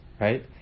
right